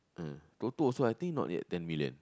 uh Toto also I think not yet ten million